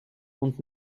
und